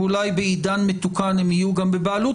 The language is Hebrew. ואולי בעידן מתוקן הם יהיו גם בבעלות